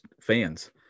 fans